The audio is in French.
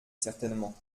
certainement